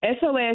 SOS